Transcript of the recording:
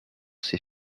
ses